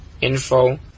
info